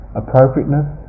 appropriateness